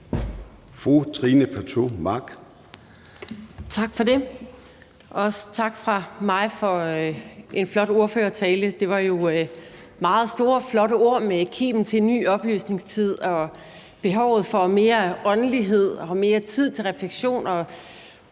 Trine Pertou Mach (EL): Tak for det, og også tak fra mig for en flot ordførertale. Det var jo meget store og flotte ord med kimen til en ny oplysningstid og behovet for mere åndelighed og mere tid til refleksion.